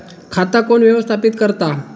खाता कोण व्यवस्थापित करता?